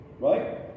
right